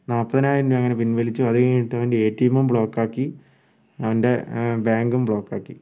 നാല്പതിനായിരം രൂപ അങ്ങനെ പിൻവലിച്ചു അതു കഴിഞ്ഞിട്ട് അവൻ്റെ എ ടി എമ്മും ബ്ലോക്കാക്കി അവൻ്റെ ബാങ്കും ബ്ലോക്കാക്കി